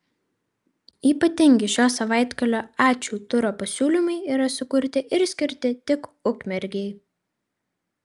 ypatingi šio savaitgalio ačiū turo pasiūlymai yra sukurti ir skirti tik ukmergei